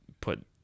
put